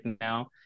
now